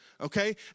Okay